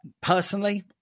personally